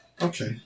Okay